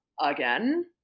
again